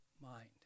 mind